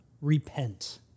repent